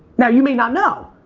now you may not know.